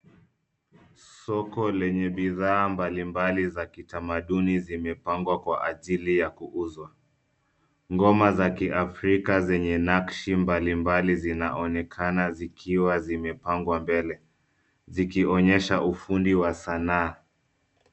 Soko lenye bidhaa mbalimbali za kitamaduni zimepangwa kwa ajili ya kuuzwa. Ngoma za kiafrika zenye nakshi mbalimbali zinaonekana zikiwa zimepangwa mbele, zikionyesha ufundi wa sanaa.